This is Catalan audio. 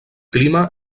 clima